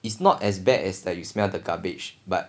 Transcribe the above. it's not as bad as like you smell the garbage but